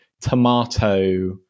tomato